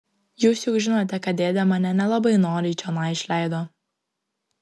jūs juk žinote kad dėdė mane nelabai noriai čionai išleido